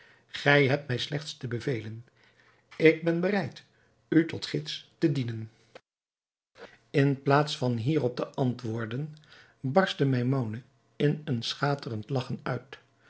gij hebt mij slechts te bevelen ik ben bereid u tot gids te dienen in plaats van hierop te antwoorden barstte maimoune in een schaterend lagchen uit